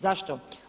Zašto?